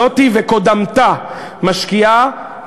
זאת וקודמתה משקיעות,